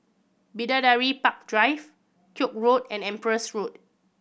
Bidadari Park Drive Koek Road and Empress Road